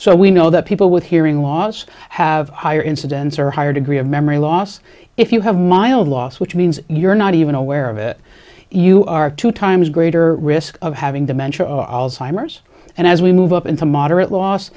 so we know that people with hearing loss have higher incidence or higher degree of memory loss if you have mild loss which means you're not even aware of it you are two times greater risk of having dementia or alzheimer's and as we move up into moderate los